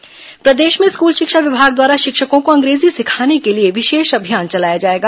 अंग्रेजी अभियान प्रदेश में स्कूल शिक्षा विभाग द्वारा शिक्षकों को अंग्रेजी सिखाने के लिए विशेष अभियान चलाया जाएगा